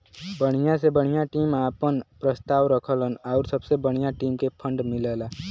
बढ़िया से बढ़िया टीम आपन प्रस्ताव रखलन आउर सबसे बढ़िया टीम के फ़ंड मिलला